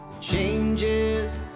changes